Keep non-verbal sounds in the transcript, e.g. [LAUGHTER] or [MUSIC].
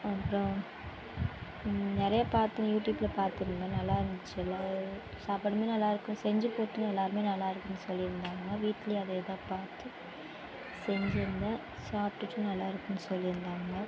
அப்றம் நிறைய பார்த்தேன் யூடியூப்பில் பாத்திருந்தேன் நல்லா இருந்துச்சு [UNINTELLIGIBLE] சாப்பாடும் நல்லாயிருக்கு செஞ்சு [UNINTELLIGIBLE] எல்லோருமே நல்லாயிருக்குன்னு சொல்லியிருந்தாங்க வீட்டுலேயும் அதே தான் பார்த்து செஞ்சு இருந்தேன் சாப்பிட்டுட்டு நல்லா இருக்குதுன்னு சொல்லியிருந்தாங்க